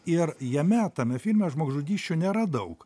ir jame tame filme žmogžudysčių nėra daug